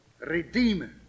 Redeemer